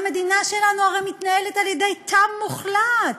המדינה שלנו הרי מתנהלת על-ידי תם מוחלט.